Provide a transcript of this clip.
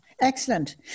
excellent